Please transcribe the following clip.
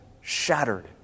shattered